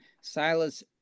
Silas